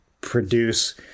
produce